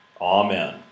Amen